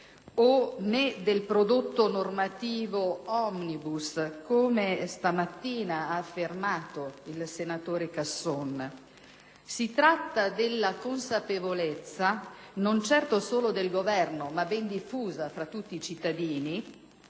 né del prodotto normativo *omnibus,* come questa mattina ha affermato il senatore Casson. Si tratta della consapevolezza, non certo solo del Governo, ma ben diffusa tra tutti i cittadini,